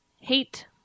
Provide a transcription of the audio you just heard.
hate